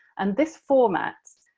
and this format,